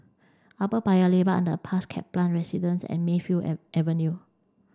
Upper Paya Lebar Underpass Kaplan Residence and Mayfield Avenue